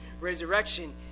resurrection